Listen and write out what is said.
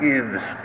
gives